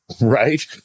Right